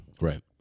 Right